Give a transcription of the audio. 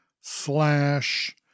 slash